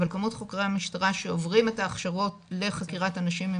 אבל כמות חוקרי המשטרה שעוברים את ההכשרות לחקירת אנשים עם